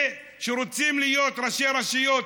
שרוצים להיות ראשי רשויות,